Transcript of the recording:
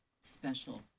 special